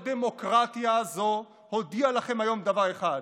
ו"הלא-דמוקרטיה הזו הודיעה לכם היום דבר אחד: